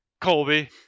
Colby